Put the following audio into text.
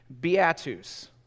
beatus